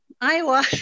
Iowa